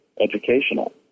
educational